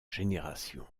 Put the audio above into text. génération